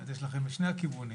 אז יש לכם משני הכיוונים,